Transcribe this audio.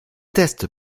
tests